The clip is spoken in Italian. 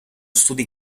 studi